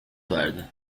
verdi